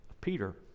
Peter